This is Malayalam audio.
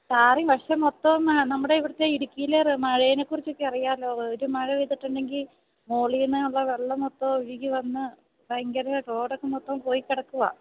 സാർ ഈ വര്ഷം മൊത്തം നമ്മുടെ ഇവിടുത്തെ ഇടുക്കിയിലെ മഴയെ കുറിച്ചൊക്കെ അറിയാമല്ലോ ഒരു മഴ പെയ്തിട്ടുണ്ടെങ്കിൽ മുകളിൽ നിന്നുള്ള വെള്ളം മൊത്തം ഒഴുകിവന്ന് ഭയങ്കരമായി റോഡൊക്കെ മൊത്തം പോയി കിടക്കുകയാണ്